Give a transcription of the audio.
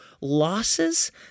losses